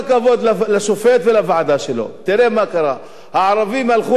תראה מה קרה: הערבים הלכו אחרי מלחמת ששת הימים לליגה הערבית,